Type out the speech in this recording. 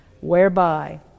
whereby